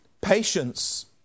Patience